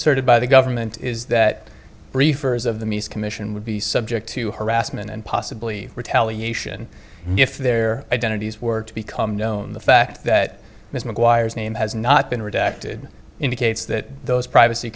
asserted by the government is that briefers of the meese commission would be subject to harassment and possibly retaliation if their identities were to become known the fact that mcguire's name has not been redacted indicates that those privacy